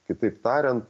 kitaip tarian